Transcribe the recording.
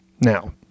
Now